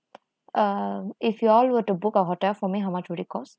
um if you all were to book a hotel for me how much would it cost